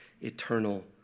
eternal